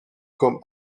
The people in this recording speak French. comme